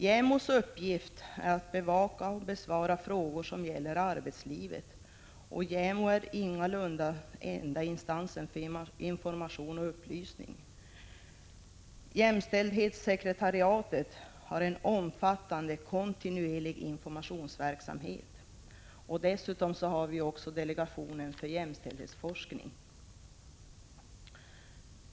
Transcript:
JämO:s uppgift är att bevaka och besvara frågor som gäller arbetslivet, och JämO är ingalunda den enda instansen för information och upplysning. Jämställdhetssekretariatet har en omfattande kontinuerlig informationsverksamhet. Dessutom har vi delegationen för jämställdhetsforskning.